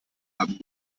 haben